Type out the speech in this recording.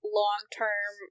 long-term